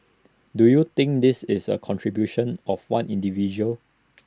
do you think this is the contribution of one individual